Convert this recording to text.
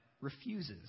refuses